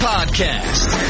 Podcast